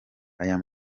ayo